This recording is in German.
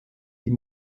die